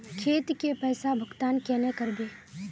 खेत के पैसा भुगतान केना करबे?